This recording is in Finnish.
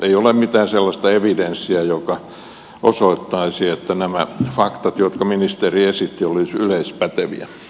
ei ole mitään sellaista evidenssiä joka osoittaisi että nämä faktat jotka ministeri esitti olisivat yleispäteviä